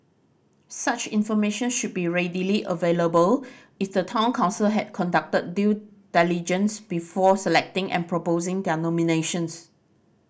such information should be readily available if the Town Council had conducted due diligence before selecting and proposing their nominations